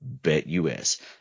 BetUS